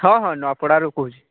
ହଁ ହଁ ନୂଆପଡ଼ାରୁ କହୁଛି